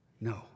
no